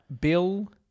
Bill